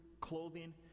clothing